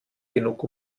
genug